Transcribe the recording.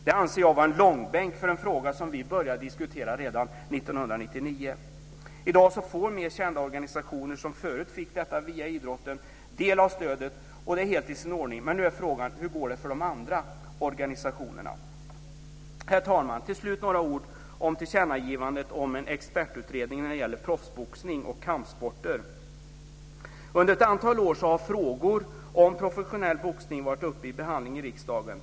Det anser jag vara en långbänk för en fråga som vi började diskutera redan 1999. I dag får mer kända organisationer, som förut fick detta via idrotten, del av stödet, och det är helt i sin ordning. Men nu är frågan: Hur går det för de andra organisationerna? Herr talman! Till slut vill jag säga några ord om tillkännagivandet om en expertutredning när det gäller proffsboxning och kampsporter. Under ett antal år har frågor om professionell boxning varit uppe till behandling i riksdagen.